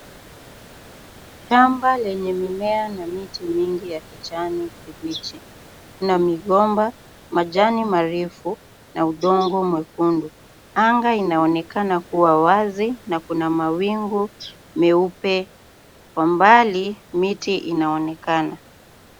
Shamba lenye mimea na miti mingi ya kijani kibichi, lina migomba, majani marefu na udongo mwekundu. Anga inaonekana kuwa wazi, na kuna mawingu meupe, kwa mbali, miti inaonekana.